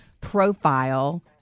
profile